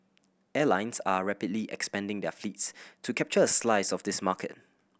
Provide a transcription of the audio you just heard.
airlines are rapidly expanding their fleets to capture a slice of this market